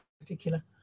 particular